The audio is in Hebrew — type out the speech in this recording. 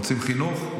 רוצים חינוך?